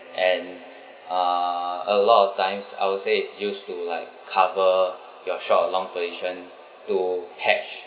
and uh a lot of times I would say is use to like cover your short or long position to cash